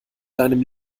deinem